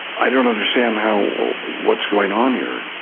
i don't understand what's going on here?